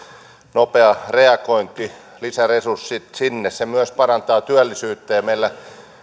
nopea reagointi maahanmuuttoon lisäresurssit sinne se myös parantaa työllisyyttä ja meillä